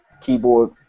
keyboard